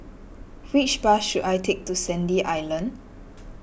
which bus should I take to Sandy Island